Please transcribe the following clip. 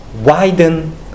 widen